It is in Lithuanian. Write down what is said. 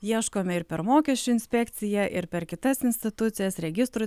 ieškome ir per mokesčių inspekciją ir per kitas institucijas registrų